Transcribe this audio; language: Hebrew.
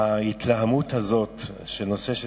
ההתלהמות הזאת של נושא של